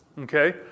Okay